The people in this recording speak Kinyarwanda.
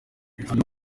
ibihano